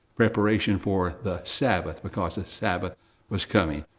preparation for the sabbath, because the sabbath was coming.